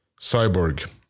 cyborg